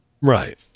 Right